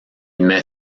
met